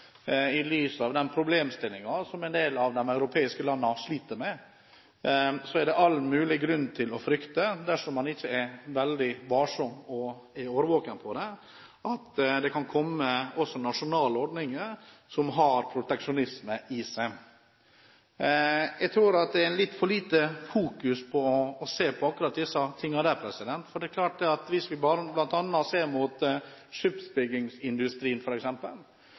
en del av de europeiske landene sliter med, er at det er all mulig grunn til å frykte, dersom man ikke er veldig varsom og årvåken, at det kan komme nasjonale ordninger som har proteksjonisme i seg. Jeg tror at det fokuseres for lite på disse tingene. Hvis vi ser på skipsbyggingsindustrien, f.eks., har vi med en del av de landene som vi